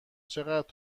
چقدر